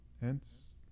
hence